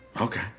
Okay